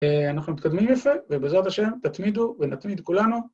אהה אנחנו מתקדמים יפה, ובעזרת השם תתמידו ונתמיד כולנו.